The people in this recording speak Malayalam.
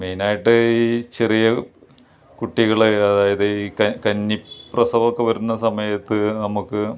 മെയിൻ ആയിട്ട് ഈ ചെറിയ കുട്ടികളെ അതായത് ഈ ക കന്നി പ്രസവമൊക്കെ വരുന്ന സമയത്ത് നമുക്ക്